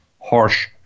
harsh